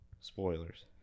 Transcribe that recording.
Spoilers